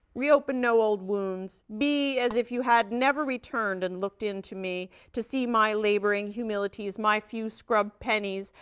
reopen no old wounds. be as if you had never returned and looked in to me to see my laboring humilities, my few scrubbed pennies,